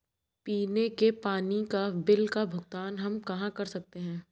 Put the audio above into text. पीने के पानी का बिल का भुगतान हम कहाँ कर सकते हैं?